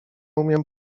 umiem